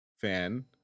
fan